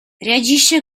reagisce